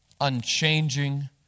unchanging